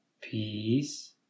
Peace